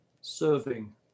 serving